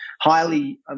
Highly